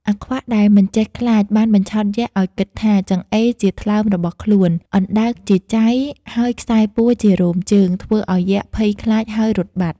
អាខ្វាក់ ដែលមិនចេះខ្លាច បានបញ្ឆោតយក្សឱ្យគិតថា ចង្អេរជាថ្លើមរបស់ខ្លួន អណ្តើកជាចៃ ហើយខ្សែពួរជា រោមជើង ធ្វើឱ្យយក្សភ័យខ្លាចហើយរត់បាត់ ។